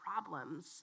problems